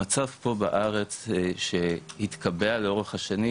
המצב פה בארץ שהתקבע לאורך השנים